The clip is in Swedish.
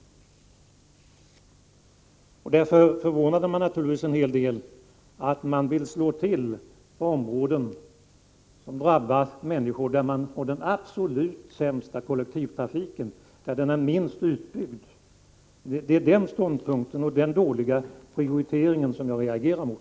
Därför förvånar det mig naturligtvis en hel del att man vill slå till på områden som drabbar de ekonomiskt svagaste människorna och de regioner som har den absolut sämsta kollektivtrafiken, där den är minst utbyggd. Det är den ståndpunkten och den dåliga prioriteringen som jag reagerar emot.